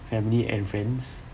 family and friends